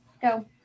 go